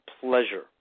pleasure